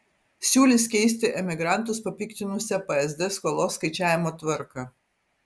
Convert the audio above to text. siūlys keisti emigrantus papiktinusią psd skolos skaičiavimo tvarką